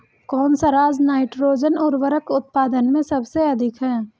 कौन सा राज नाइट्रोजन उर्वरक उत्पादन में सबसे अधिक है?